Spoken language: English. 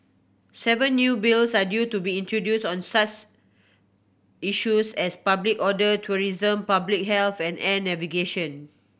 seven new Bills are due to be introduced on such issues as public order tourism public health and air navigation